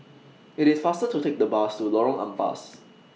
IT IS faster to Take The Bus to Lorong Ampas